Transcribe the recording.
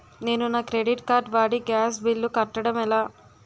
నేను నా credit card వాడి గ్యాస్ బిల్లు కట్టడం ఎలా?